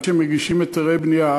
עד שהם מגישים היתרי בנייה,